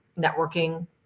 Networking